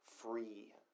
free